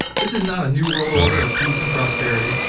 this is not a new world order of peace and prosperity.